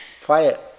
fire